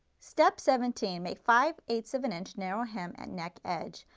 step seventeen make five eight ths of an inch narrow hem and neck edge.